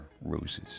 roses